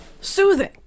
Soothing